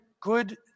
good